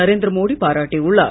நரேந்திர மோடி பாராட்டியுள்ளார்